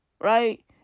right